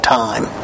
time